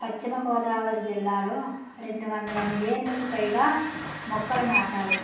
పశ్చిమ గోదావరి జిల్లాలో రెండు వందల మిలియన్లకు పైగా మొక్కలు నాటారు